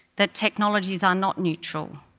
that technologies are not neutral,